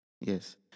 yes